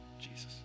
Jesus